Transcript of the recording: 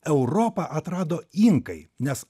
europą atrado inkai nes